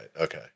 Okay